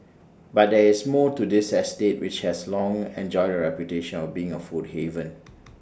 but there is more to this estate which has long enjoyed A reputation of being A food haven